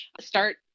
start